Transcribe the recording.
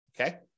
okay